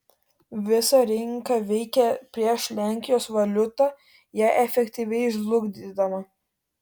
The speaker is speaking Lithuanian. visa rinka veikė prieš lenkijos valiutą ją efektyviai žlugdydama